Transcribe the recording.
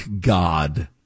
god